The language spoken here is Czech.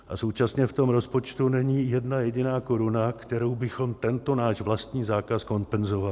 A současně v tom rozpočtu není jedna jediná koruna, kterou bychom tento náš vlastní zákaz kompenzovali.